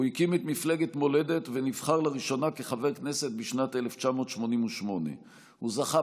הוא הקים את מפלגת מולדת ונבחר לראשונה כחבר כנסת בשנת 1988. הוא זכה